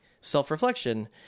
self-reflection